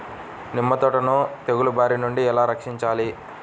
నిమ్మ తోటను తెగులు బారి నుండి ఎలా రక్షించాలి?